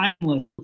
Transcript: timeless